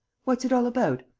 what's it all about?